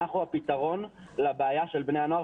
אנחנו הפתרון לבעיה של בני הנוער,